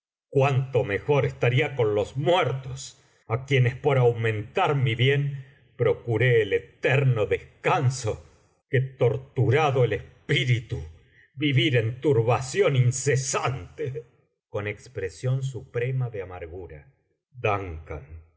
cuánto mejor estaría con los muertos á quienes por aumentar mi bien procuré el eterno descanso que torturado el espíritu vivir en turbación incesante con expresión suprema de amargura duncan yace